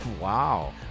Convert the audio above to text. Wow